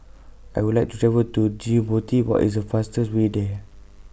I Would like to travel to Djibouti What IS The fastest Way There